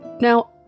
Now